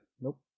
Nope